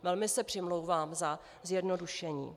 Velmi se přimlouvám za zjednodušení.